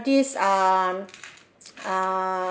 these um ah